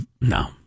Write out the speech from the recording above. no